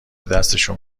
دستشون